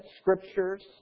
scriptures